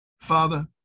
Father